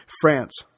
France